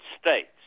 States